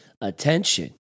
attention